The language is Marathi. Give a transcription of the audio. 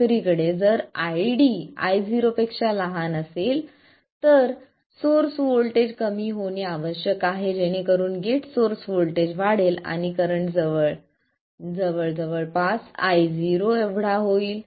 दुसरीकडे जर ID Io असेल तर सोर्स व्होल्टेज कमी होणे आवश्यक आहे जेणेकरून गेट सोर्स व्होल्टेज वाढेल आणि करंटजवळ पास Io एवढा होईल